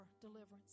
deliverance